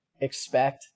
expect